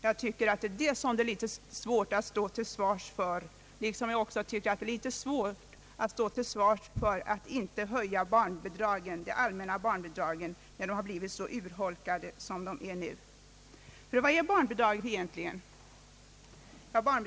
Jag tycker att det är detta som det är litet svårt att stå till svars för, liksom det är svårt att stå till svars för att inte höja de allmänna barnbidragen när de blivit så urholkade som de nu är. Vad är barnbidragen egentligen?